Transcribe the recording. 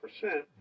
percent